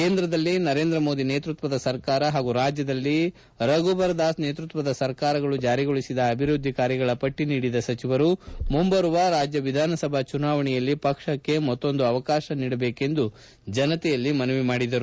ಕೇಂದ್ರದಲ್ಲಿ ನರೇಂದ್ರ ಮೋದಿ ನೇತೃತ್ವದ ಸರ್ಕಾರ ಹಾಗೂ ರಾಜ್ಯದಲ್ಲಿ ರಘುಬರ್ದಾಸ್ ನೇತೃತ್ವದ ಸರ್ಕಾರಗಳು ಜಾರಿಗೊಳಿಸಿದ ಅಭಿವೃದ್ದಿ ಕಾರ್ಯಗಳ ಪಟ್ಟ ನೀಡಿದ ಸಚವರು ಮುಂಬರುವ ರಾಜ್ಯ ವಿಧಾನಸಭಾ ಚುನಾವಣೆಯಲ್ಲಿ ಪಕ್ಷಕ್ಷ ಮತ್ತೊಂದು ಅವಕಾಶ ನೀಡಬೇಕೆಂದು ಜನತೆಯಲ್ಲಿ ಮನವಿ ಮಾಡಿದರು